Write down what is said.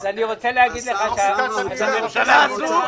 חלוקת התקציבים לא יכולה להיות פר